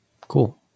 Cool